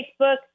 Facebook